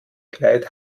kleid